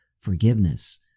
forgiveness